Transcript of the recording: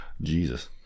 Jesus